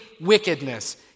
wickedness